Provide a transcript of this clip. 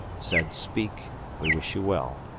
said, speak we wish you well.